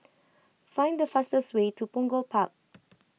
find the fastest way to Punggol Park